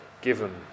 given